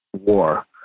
war